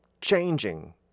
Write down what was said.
changing